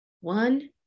one